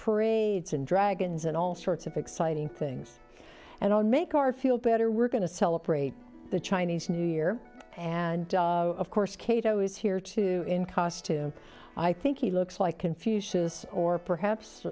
parades and dragons and all sorts of exciting things and i'll make our feel better we're going to celebrate the chinese new year and of course kato is here too in costume i think he looks like confucius or perhaps